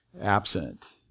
absent